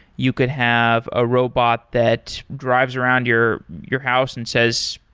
you could have a robot that drives around your your house and says,